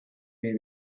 may